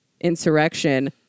insurrection